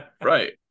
Right